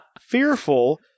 fearful